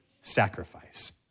sacrifice